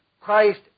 Christ